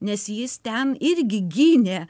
nes jis ten irgi gynė